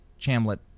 Chamlet